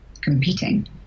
competing